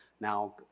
now